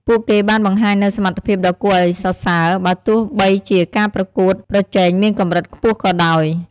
ពួកគេបានបង្ហាញនូវសមត្ថភាពដ៏គួរឱ្យសរសើរ បើទោះបីជាការប្រកួតប្រជែងមានកម្រិតខ្ពស់ក៏ដោយ។